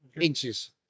inches